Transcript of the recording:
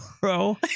bro